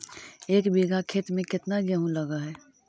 एक बिघा खेत में केतना गेहूं लग है?